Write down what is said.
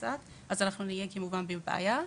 שעכשיו בוטל, מה שיוביל אותנו לבעיה.